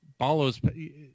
Balo's